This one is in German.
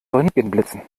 röntgenblitzen